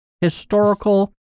Historical